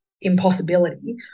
impossibility